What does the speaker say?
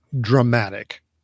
dramatic